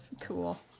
cool